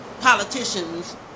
politicians